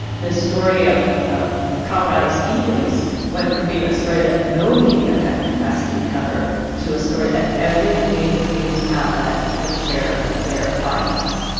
the story of of colorado's e-waste went from being a story that no media had the capacity to cover to a story that every major news outlet could share with their audience.